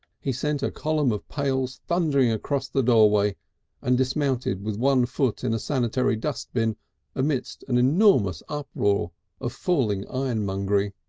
he sent a column of pails thundering across the doorway and dismounted with one foot in a sanitary dustbin amidst an enormous uproar of falling ironmongery.